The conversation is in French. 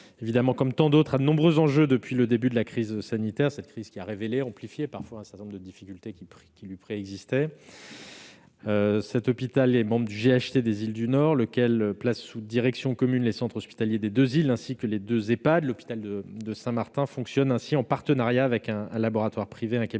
évidemment, comme tant d'autres, à de nombreux enjeux depuis le début de la crise sanitaire. Cette crise a révélé, amplifié parfois, un certain nombre de difficultés préexistantes. Cet hôpital est membre du groupement hospitalier territorial (GHT) des îles du Nord, lequel place sous direction commune les centres hospitaliers des deux îles, ainsi que les deux Ehpad. L'hôpital de Saint-Martin fonctionne ainsi en partenariat avec un laboratoire et un cabinet de radiologie